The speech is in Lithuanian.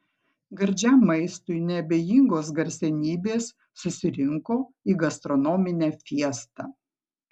gardžiam maistui neabejingos garsenybės susirinko į gastronominę fiestą